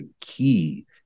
key